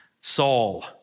Saul